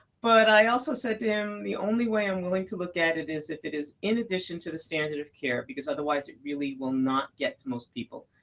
but i also said to him the only way i'm willing to look at it is if it is in addition to the standard of care because otherwise it really will not get to most people.